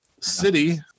city